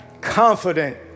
Confident